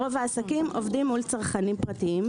רוב העסקים עובדים מול צרכנים פרטיים.